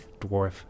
dwarf